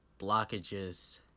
blockages